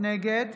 נגד